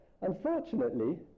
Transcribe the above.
unfortunately